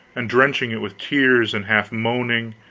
and drenching it with tears, and half moaning,